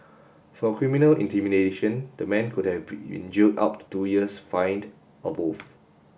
for criminal intimidation the man could have been jailed up to two years fined or both